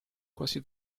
quasi